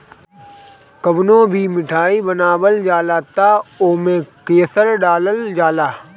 कवनो भी मिठाई बनावल जाला तअ ओमे केसर डालल जाला